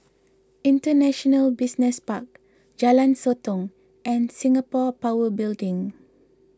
International Business Park Jalan Sotong and Singapore Power Building